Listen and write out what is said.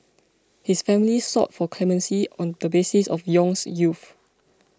his family sought for clemency on the basis of Yong's youth